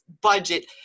budget